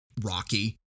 Rocky